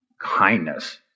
kindness